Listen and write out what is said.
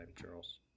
Charles